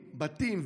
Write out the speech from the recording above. בתים,